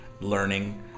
learning